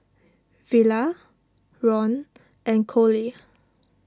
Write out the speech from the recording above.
Villa Ron and Coley